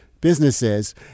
businesses